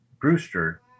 Brewster